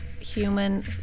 human